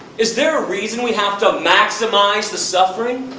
is there a reason we have to maximize the suffering?